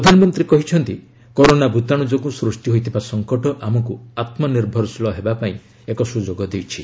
ପ୍ରଧାନମନ୍ତ୍ରୀ କହିଛନ୍ତି କରୋନା ଭୂତାଣୁ ଯୋଗୁଁ ସୃଷ୍ଟି ହୋଇଥିବା ସଫକଟ ଆମକୁ ଆତ୍ମନିର୍ଭରଶୀଳ ହେବା ପାଇଁ ଏକ ସୁଯୋଗ ଦେଇଛି